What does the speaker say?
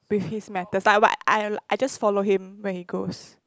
with his matters but like I just follow him where he goes